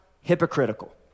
hypocritical